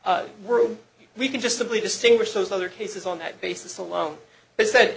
were we can just simply distinguish those other cases on that basis alone i said